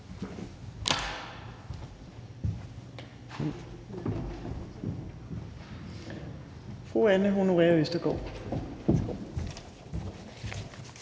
fru Anne Honoré Østergaard.